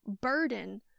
burden